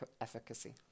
efficacy